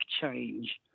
change